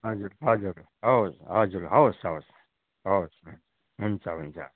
हजुर हजुर हवस् हजुर हवस् हवस् हवस् हुन्छ हुन्छ